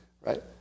right